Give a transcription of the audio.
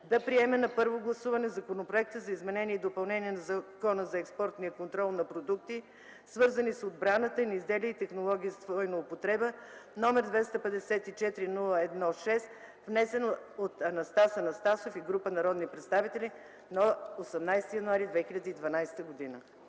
да приеме на първо гласуване Законопроекта за изменение и допълнение на Закона за експортния контрол на продукти, свързани с отбраната, и на изделия и технологии с двойна употреба, № 254-01-6, внесен от Анастас Анастасов и група народни представители на 18 януари 2012 г.”